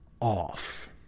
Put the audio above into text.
off